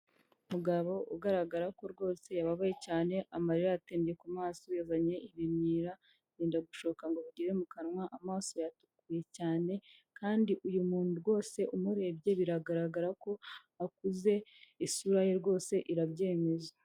Umugabo ugaragara ko rwose yababaye cyane amarira yatembye ku maso yazanye ibimyira byenda gushoka ngo bigere mu kanwa, amaso yatukuye cyane kandi uyu muntu rwose umurebye biragaragara ko akuze isura ye rwose irabyemeza.